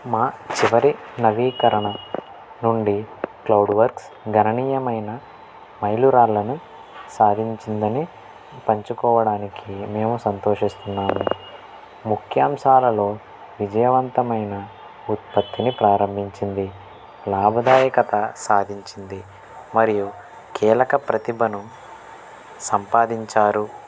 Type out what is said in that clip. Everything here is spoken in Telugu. మా చివరి నవీకరణ నుండి క్లౌడ్ వర్క్స్ గణనీయమైన మైలురాళ్ళను సాధించిందని పంచుకోవడానికి మేము సంతోషిస్తున్నాము ముఖ్యాంశాలలో విజయవంతమైన ఉత్పత్తిని ప్రారంభించింది లాభదాయకత సాధించింది మరియు కీలక ప్రతిభను సంపాదించారు